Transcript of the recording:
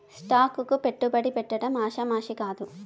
stock కు పెట్టుబడి పెట్టడం ఆషామాషీ కాదు